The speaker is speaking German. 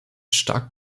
stark